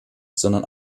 sondern